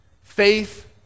faith